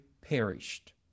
perished